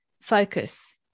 focus